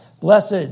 Blessed